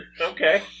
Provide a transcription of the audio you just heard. Okay